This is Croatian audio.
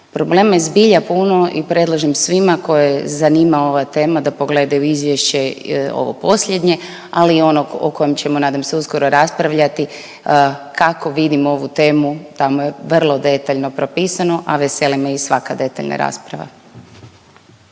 Problema je zbilja puno i predlažem svima koje zanima ova tema da pogledaju izvješće ovo posljednje, ali i ono o kojem ćemo nadam se uskoro raspravljati, kako vidim ovu temu tamo je vrlo detaljno propisano, a veseli me i svaka detaljna rasprava.